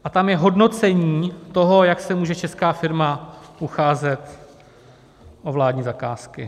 A tam je hodnocení toho, jak se může česká firma ucházet o vládní zakázky.